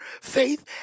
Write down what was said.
faith